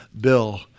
Bill